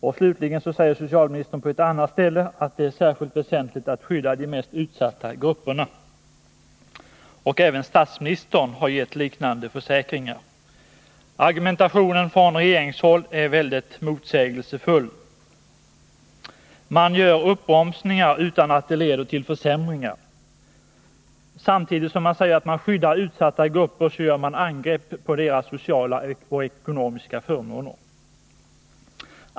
Slutligen säger socialministern på ett annat ställe att det är särskilt väsentligt att skydda de mest utsatta grupperna. Även statsministern har gett liknande försäkringar. Argumentationen från regeringshåll är väldigt motsägelsefull. Man gör Nr 47 uppbromsningar utan att det leder till försämringar. Samtidigt som man säger Torsdagen den att man skyddar utsatta grupper gör man angrepp på deras sociala och 11 december 1980 ekonomiska förmåner.